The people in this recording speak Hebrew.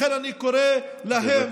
לכן אני קורא להם, נא לסיים.